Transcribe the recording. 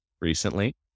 recently